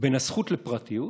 בין הזכות לפרטיות